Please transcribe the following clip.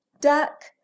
duck